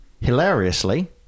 hilariously